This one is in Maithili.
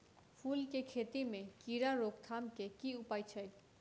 फूल केँ खेती मे कीड़ा रोकथाम केँ की उपाय छै?